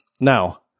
now